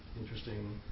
interesting